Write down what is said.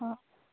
ꯑꯥ